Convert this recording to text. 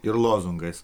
ir lozungais